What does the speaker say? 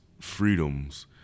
freedoms